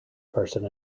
person